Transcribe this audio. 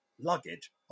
luggage